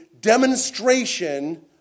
demonstration